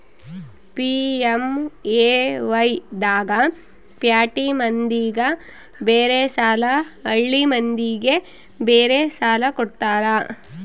PMAY ದಾಗ ಪ್ಯಾಟಿ ಮಂದಿಗ ಬೇರೆ ಸಾಲ ಹಳ್ಳಿ ಮಂದಿಗೆ ಬೇರೆ ಸಾಲ ಕೊಡ್ತಾರ